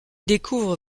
découvre